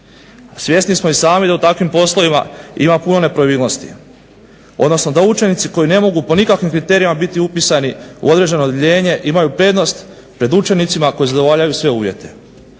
Svjesni smo i sami da u takvim poslovima ima puno nepravilnosti, odnosno da učenici koji ne mogu po nikakvim kriterijima biti upisani u određeno odjeljenje imaju prednost pred učenicima koji zadovoljavaju sve uvjete.